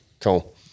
Cool